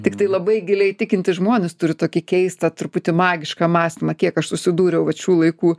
tiktai labai giliai tikintys žmonės turi tokį keistą truputį magišką mąstymą kiek aš susidūriau vat šių laikų